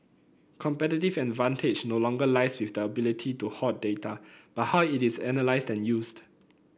competitive advantage no longer lies with the ability to hoard data but how it is analysed and used